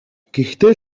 гэхдээ